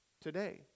today